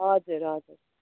हजुर हजुर